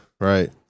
right